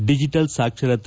digital ಸಾಕ್ಷರತೆ